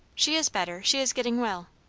she is better. she is getting well.